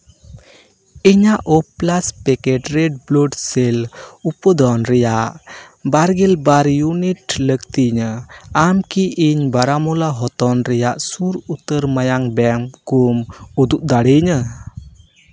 ᱤᱧᱟᱹᱜ O plus packet red blood cell ᱩᱯᱚᱫᱟᱱ ᱨᱮᱭᱟᱜ ᱵᱟᱨᱜᱮᱞ ᱵᱟᱨ ᱤᱭᱩᱱᱤᱴ ᱞᱟᱹᱠᱛᱤᱭᱤᱧᱟ ᱟᱢ ᱠᱤ ᱤᱧ ᱵᱟᱨᱟᱢᱩᱞᱟ ᱦᱚᱛᱚᱱ ᱨᱮᱭᱟᱜ ᱥᱩᱨ ᱩᱛᱟᱹᱨ ᱢᱟᱭᱟᱢ ᱵᱮᱝᱠ ᱠᱚᱢ ᱩᱫᱩᱜ ᱫᱟᱲᱮᱭᱟᱹᱧᱟᱹ